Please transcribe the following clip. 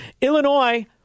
Illinois